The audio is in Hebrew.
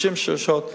30 שעות.